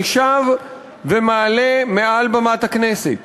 אני שב ומעלה מעל במת הכנסת